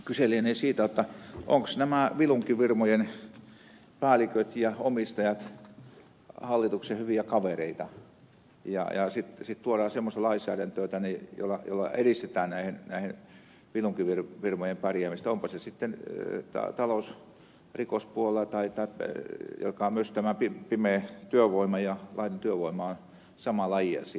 kyse lienee siitä että nämä vilunkifirmojen päälliköt ja omistajat ovat hallituksen hyviä kavereita ja sitten tuodaan semmoista lainsäädäntöä tänne jolla edistetään näiden vilunkifirmojen pärjäämistä onpa se sitten vaikka talousrikospuolella jolla myös tämä pimeä työvoima ja laillinen työvoima on samaa lajia